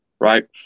right